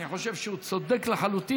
אני חושב שהוא צודק לחלוטין,